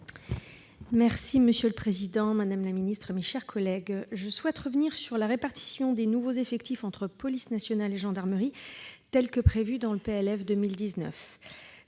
Monsieur le président, madame la ministre, mes chers collègues, je souhaite revenir sur la répartition des nouveaux effectifs entre police nationale et gendarmerie tels que prévus dans le PLF pour